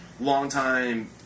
long-time